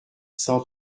cent